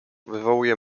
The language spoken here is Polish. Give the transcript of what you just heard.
wywołuje